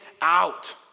out